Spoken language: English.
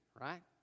right